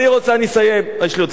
אל תעשה לי ככה, תענה לי על השאלה הזאת,